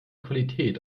qualität